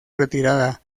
retirada